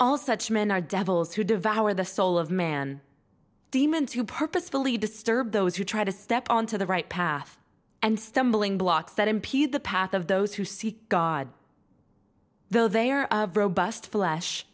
all such men are devils who devour the soul of man demons who purposefully disturb those who try to step on to the right path and stumbling blocks that impede the path of those who seek god though they are of robust flesh